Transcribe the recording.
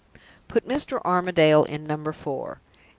put mr. armadale in number four.